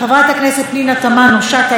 חברת הכנסת פנינה תמנו-שטה,